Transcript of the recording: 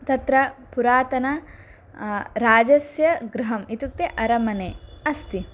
तत्र पुरातन राजस्य गृहम् इत्युक्ते अरमने अस्ति